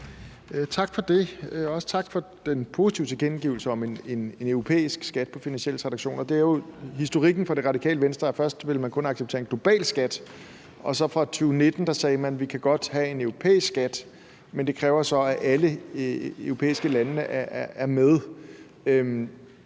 Tak for det, også tak for den positive tilkendegivelse om en europæisk skat på finansielle transaktioner. Historikken fra Radikale Venstre er, at først ville man kun acceptere en global skat, og fra 2019 sagde man, at man godt kan have en europæisk skat, men det kræver så, at alle europæiske lande er med.